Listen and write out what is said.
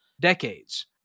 decades